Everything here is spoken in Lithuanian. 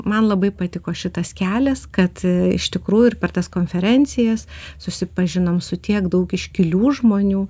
man labai patiko šitas kelias kad iš tikrųjų ir per tas konferencijas susipažinom su tiek daug iškilių žmonių